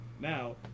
Now